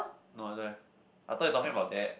no there I thought you talking about that